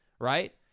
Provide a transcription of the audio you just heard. right